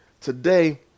Today